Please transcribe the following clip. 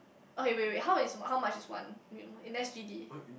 okay wait wait how is how much is one in S_G_D